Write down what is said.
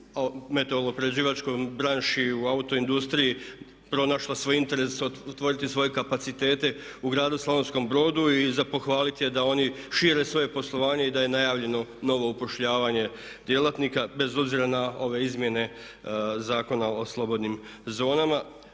u metaloprerađivačkoj branši, u autoindustriji pronašla svoj interes otvoriti svoje kapacitete u gradu Slavonskom Brodu. I za pohvaliti je da oni šire svoje poslovanje i da je najavljeno novo upošljavanje djelatnika bez obzira na ove izmjene Zakona o slobodnim zonama.